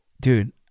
dude